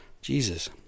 Jesus